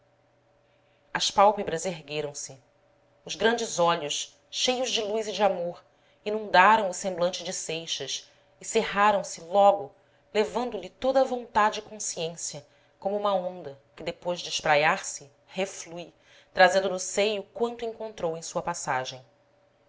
as pálpebras ergueram-se os grandes olhos cheios de luz e de amor inundaram o semblante de seixas e cerraram se logo levando-lhe toda a vontade e consciência como uma onda que depois de espraiar se reflui trazendo no seio quanto encontrou em sua passagem